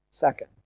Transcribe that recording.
second